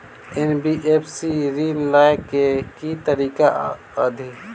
NBFC सँ ऋण लय केँ की तरीका अछि?